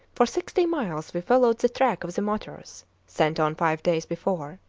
for sixty miles we followed the track of the motors sent on five days before.